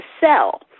sell